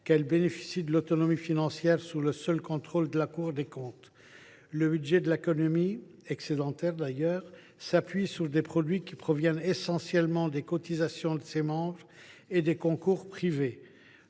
qu’elle bénéficie de l’autonomie financière sous le seul contrôle de la Cour des comptes. Le budget de l’Académie, d’ailleurs excédentaire, s’appuie sur des produits qui proviennent essentiellement des cotisations de ses membres et de concours privés.